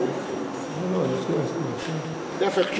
להפך,